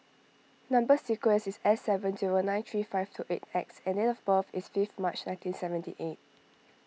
Number Sequence is S seven zero nine three five two eight X and date of birth is fifth March nineteen seventy eight